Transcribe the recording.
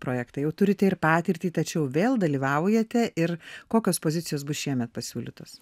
projektą jau turite ir patirtį tačiau vėl dalyvaujate ir kokios pozicijos bus šiemet pasiūlytos